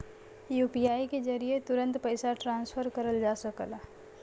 UPI के जरिये तुरंत पइसा ट्रांसफर करल जा सकला